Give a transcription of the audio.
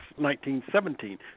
1917